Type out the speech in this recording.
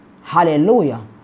Hallelujah